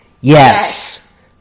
Yes